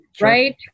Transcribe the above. right